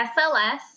SLS